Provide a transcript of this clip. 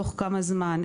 תוך כמה זמן,